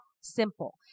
simple